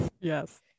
yes